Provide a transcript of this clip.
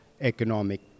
economic